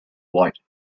white